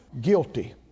guilty